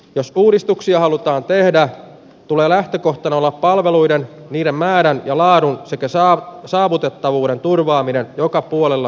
jos uudistuksia halutaan tehdä tule lähtökohtana olla palveluiden niiden määrän ja laadun sekä saab saavutettavuuden turvaaminen joka puolella